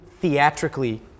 theatrically